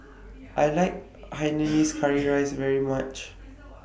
I like Hainanese Curry Rice very much